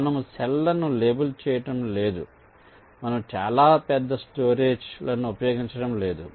మనము సెల్ లను లేబుల్ చేయటం లేదు మనము చాలా పెద్ద స్టోరేజ్ లను ఉపయోగించడం లేదు